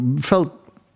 felt